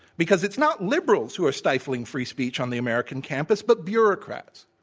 because it's not liberals who are stifling free speech on the american campus, but bureaucrats.